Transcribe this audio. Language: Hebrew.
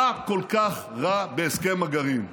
מה כל כך רע בהסכם הגרעין.